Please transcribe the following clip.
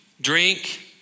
drink